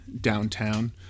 downtown